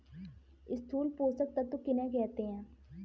स्थूल पोषक तत्व किन्हें कहते हैं?